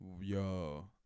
yo